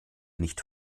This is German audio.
nicht